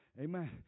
amen